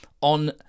on